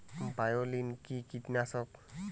বায়োলিন কি কীটনাশক?